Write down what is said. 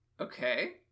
Okay